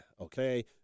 okay